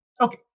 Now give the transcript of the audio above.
Okay